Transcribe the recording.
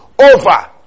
Over